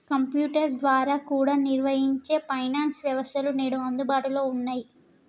computer ద్వారా కూడా నిర్వహించే ఫైనాన్స్ వ్యవస్థలు నేడు అందుబాటులో ఉన్నయ్యి